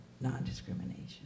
non-discrimination